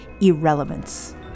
irrelevance